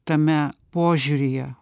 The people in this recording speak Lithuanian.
tame požiūryje